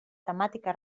temàtica